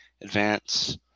advance